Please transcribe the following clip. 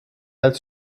als